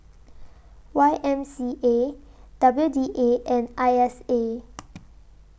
Y M C A W D A and I S A